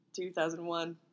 2001